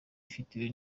ifitwe